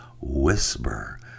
Whisper